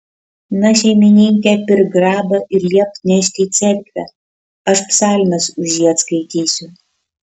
na šeimininke pirk grabą ir liepk nešti į cerkvę aš psalmes už jį atskaitysiu